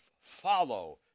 follow